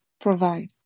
provide